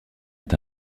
est